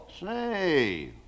Say